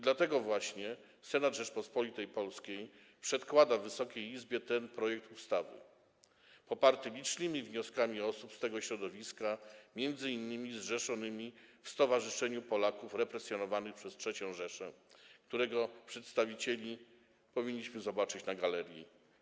Dlatego właśnie Senat Rzeczypospolitej Polskiej przedkłada Wysokiej Izbie ten projekt ustawy, poparty licznymi wnioskami osób z tego środowiska, m.in. zrzeszonych w Stowarzyszeniu Polaków Represjonowanych przez III Rzeszę, którego przedstawicieli powinniśmy zobaczyć za chwilę na galerii.